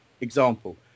example